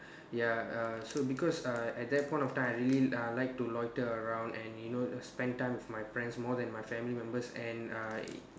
ya uh so because uh at that point of time I really uh like to loiter around and you know spend time with my friends more than my family members and uh it